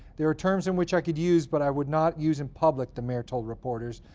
there are terms in which i could use, but i would not use in public, the mayor told reporters,